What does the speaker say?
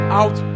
out